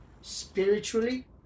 spiritually